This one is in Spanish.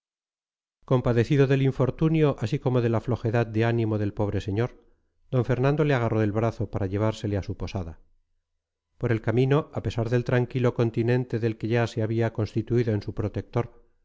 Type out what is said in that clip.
compadecido del infortunio así como de la flojedad de ánimo del pobre señor d fernando le agarró el brazo para llevársele a su posada por el camino a pesar del tranquilo continente del que ya se había constituido en su protector